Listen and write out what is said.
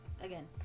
again